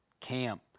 camp